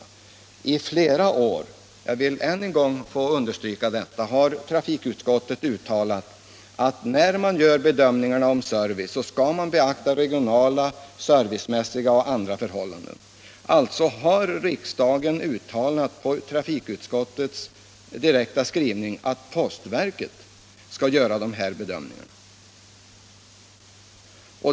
I flera år — jag vill än en gång understryka detta — har trafikutskottet uttalat att postverket, när det bedömer behovet av service, skall beakta regionala, servicemässiga och andra förhållanden. Riksdagen har också på trafikutskottets direkta skrivning uttalat att postverket skall göra dessa bedömningar.